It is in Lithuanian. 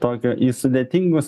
tokio į sudėtingus